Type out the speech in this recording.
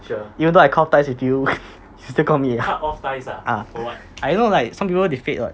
even though I cut off ties with you you still call me ah ah I don't know ah some people they fade what